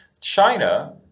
China